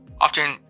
often